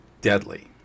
deadly